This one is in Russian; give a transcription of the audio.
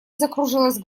закружилась